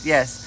Yes